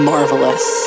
Marvelous